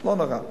לא נורא.